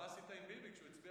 כשהוא הצביע